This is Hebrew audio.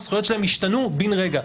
הזכויות שלהם ששתנו בן רגע,